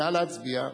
נא להצביע.